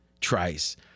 Trice